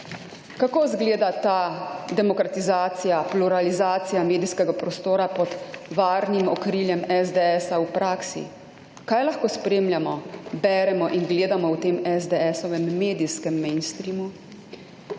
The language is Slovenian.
Kako izgleda ta demokratizacija, pluralizacija medijskega prostora pod varnim okriljem SDS-a v praksi? Kaj lahko spremljamo, beremo in gledamo v tem SDS-ovem medijskem mainstreamu?